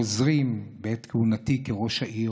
בעת כהונתי כראש העירייה,